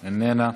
איננה,